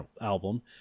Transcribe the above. album